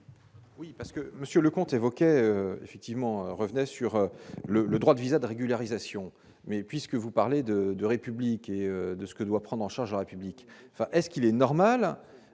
évoquait effectivement revenait sur le le droit de VISA de régularisation, mais puisque vous parlez de de République et de ce que doit prendre en charge la République est-ce qu'il est normal